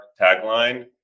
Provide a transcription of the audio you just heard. tagline